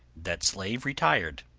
that slave retired,